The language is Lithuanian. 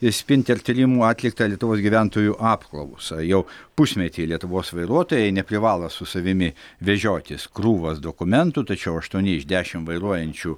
ir spinter tyrimų atliktą lietuvos gyventojų apklausą jau pusmetį lietuvos vairuotojai neprivalo su savimi vežiotis krūvos dokumentų tačiau aštuoni iš dešim vairuojančių